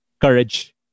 Courage